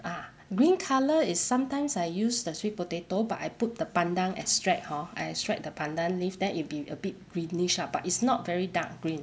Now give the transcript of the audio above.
ah green colour is sometimes I use the sweet potato but I put the pandan extract hor I extract the pandan leaf then it'll be a bit greenish lah but it's not very dark green